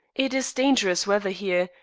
it is dangerous weather here,